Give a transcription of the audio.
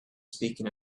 speaking